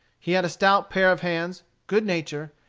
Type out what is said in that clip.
he had a stout pair of hands, good nature,